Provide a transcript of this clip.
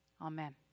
Amen